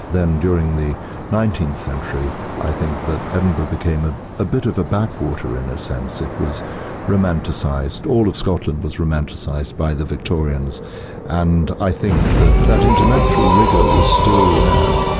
then during the nineteenth century i think that edinburgh became ah a bit of a backwater in a sense. it was romanticised. all of scotland was romanticised by the victorians and i think that that intellectual rigour was still there,